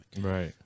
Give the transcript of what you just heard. right